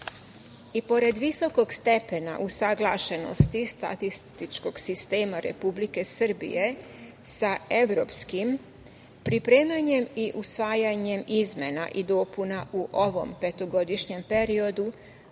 I pored visokog stepena usaglašenosti statističkog sistema Republike Srbije sa evropskim, pripremanjem i usvajanjem izmena i dopuna u ovom petogodišnjem periodu